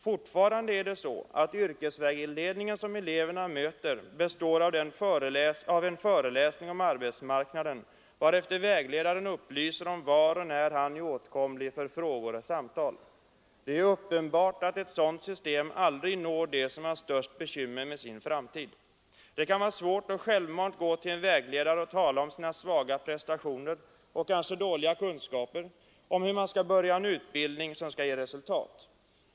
Fortfarande är det så att den yrkesvägledning som eleverna möter består av en föreläsning om arbetsmarknaden, varefter vägledaren upplyser om var och när han är åtkomlig för frågor och samtal. Det är uppenbart att ett sådant system aldrig når dem som har störst bekymmer med sin framtid. Det kan vara svårt att självmant gå till en vägledare och tala om sina svaga prestationer och kanske dåliga kunskaper, om hur man skall börja en utbildning som skall ge resultat.